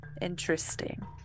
interesting